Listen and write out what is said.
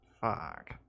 Fuck